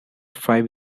five